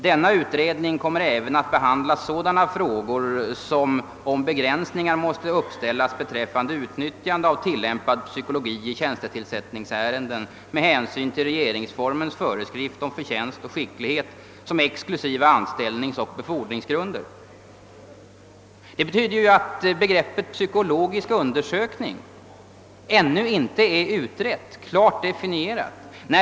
Denna utredning kommer även att behandla sådana frågor som om begränsningar måste uppställas beträf Det betyder att begreppet psykologisk undersökning ännu inte är utrett och definierat.